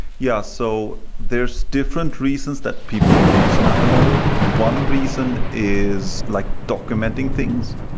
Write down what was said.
yeah. so there's different reasons that people use mapillary. one reason is like documenting things.